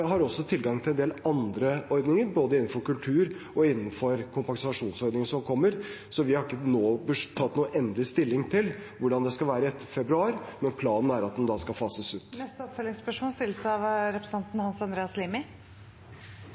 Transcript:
har også tilgang til en del andre ordninger, både innenfor kultur og innenfor kompensasjonsordningen som kommer. Vi har ikke nå tatt endelig stilling til hvordan det skal være etter februar, men planen er at den da skal fases ut. Hans Andreas Limi – til oppfølgingsspørsmål.